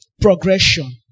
Progression